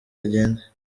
agende